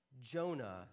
Jonah